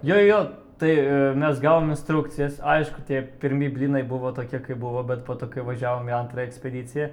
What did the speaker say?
jo jo jo tai mes gavom instrukcijas aišku tie pirmi blynai buvo tokie kaip buvo bet po to kai važiavom į antrą ekspediciją